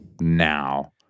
now